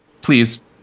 please